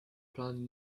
planet